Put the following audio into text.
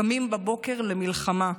קמים בבוקר למלחמה,